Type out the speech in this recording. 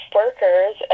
workers